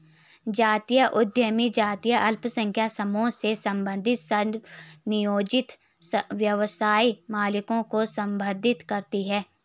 जातीय उद्यमिता जातीय अल्पसंख्यक समूहों से संबंधित स्वनियोजित व्यवसाय मालिकों को संदर्भित करती है